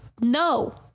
no